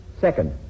Second